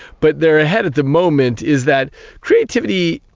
but they are ahead of the moment is that creativity,